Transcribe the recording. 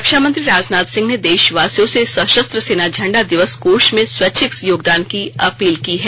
रक्षामंत्री राजनाथ सिंह ने देशवासियों से सशस्त्र सेना झंडा दिवस कोष में स्वैच्छिक योगदान की अपील की है